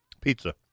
Pizza